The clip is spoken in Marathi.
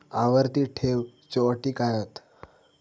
आवर्ती ठेव च्यो अटी काय हत?